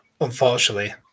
unfortunately